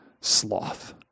sloth